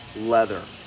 leather.